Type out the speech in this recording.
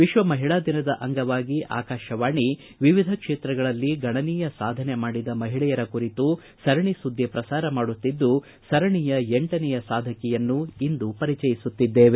ವಿಶ್ವ ಮಹಿಳಾ ದಿನದ ಅಂಗವಾಗಿ ಆಕಾಶವಾಣಿ ವಿವಿಧ ಕ್ಷೇತ್ರಗಳಲ್ಲಿ ಗಣನೀಯ ಸಾಧನೆ ಮಾಡಿದ ಮಹಿಳೆಯರ ಕುರಿತು ಸರಣಿ ಸುದ್ದಿ ಪ್ರಸಾರ ಮಾಡುತ್ತಿದ್ದು ಸರಣೆಯ ಎಂಟನೆಯ ಸಾಧಕಿಯನ್ನು ಇಂದು ಪರಿಚಯಿಸುತ್ತಿದ್ದೇವೆ